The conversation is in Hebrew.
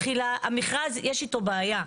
המכרז יש איתו בעיה,